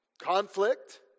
conflict